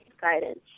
guidance